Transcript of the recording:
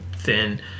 Thin